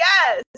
Yes